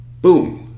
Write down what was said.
Boom